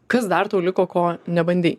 kas dar tau liko ko nebandei